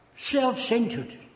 self-centered